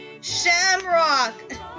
Shamrock